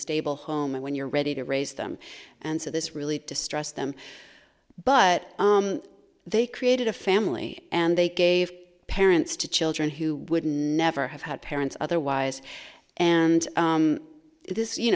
stable home and when you're ready to raise them and so this really distressed them but they created a family and they gave parents to children who would never have had parents otherwise and